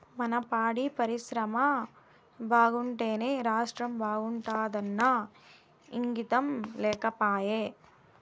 మన పాడి పరిశ్రమ బాగుంటేనే రాష్ట్రం బాగుంటాదన్న ఇంగితం లేకపాయే